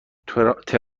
ترامپ